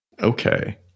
Okay